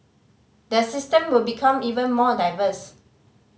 the system will become even more diverse